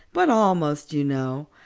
but almost, you know.